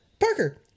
Parker